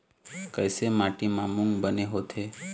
कइसे माटी म मूंग बने होथे?